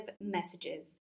messages